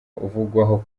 uvugwaho